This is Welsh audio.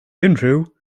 unrhyw